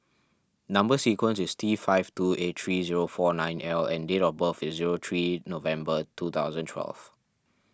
Number Sequence is T five two eight three zero four nine L and date of birth is zero three November two thousand twelve